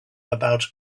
about